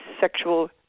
sexual